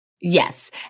Yes